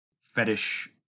fetish